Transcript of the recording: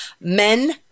Men